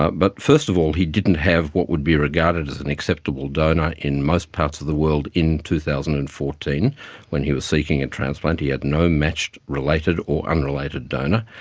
ah but first of all he didn't have what would be regarded as an acceptable donor in most parts of the world in two thousand and fourteen when he was seeking a transplant. he had no matched related or unrelated donor.